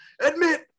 Admit